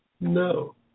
No